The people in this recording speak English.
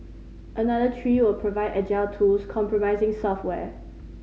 another three will provide agile tools comprising software